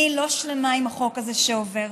אני לא שלמה עם החוק הזה שעובר.